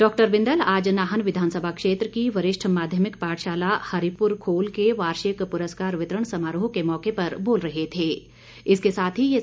doctor Bindal आज नाहन विधानसभा क्षेत्र की वरिष्ठ माध्यमिक पाठशाला हरिपुरखोल के वार्षिक पुरस्कार वितरण समारोह के मौके पर बोल रहे थे